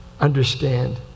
understand